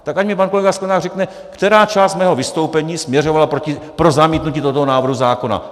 Tak ať mi pan kolega Sklenák řekne, která část mého vystoupení směřovala pro zamítnutí tohoto návrhu zákona.